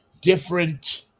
different